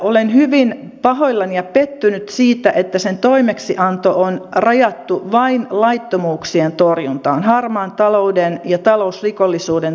olen hyvin pahoillani ja pettynyt siihen että sen toimeksianto on rajattu vain laittomuuksien torjuntaan harmaan talouden ja talousrikollisuuden torjuntaan